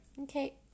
Okay